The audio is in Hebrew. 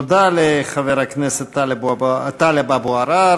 תודה לחבר הכנסת טלב אבו עראר.